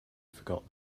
forgot